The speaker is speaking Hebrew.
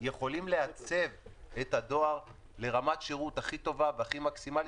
יכולים לעצב את הדואר לרמת השירות הכי טובה והכי מקסימלית.